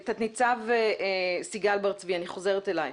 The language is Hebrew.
תת-ניצב סיגל בר צבי אני חוזרת אלייך.